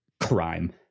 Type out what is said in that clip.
crime